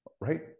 right